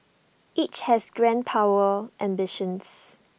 each has grand power ambitions